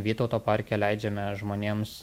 vytauto parke leidžiame žmonėms